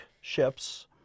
ships